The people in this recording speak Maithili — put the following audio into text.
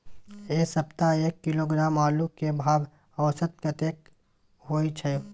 ऐ सप्ताह एक किलोग्राम आलू के भाव औसत कतेक होय छै?